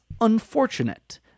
unfortunate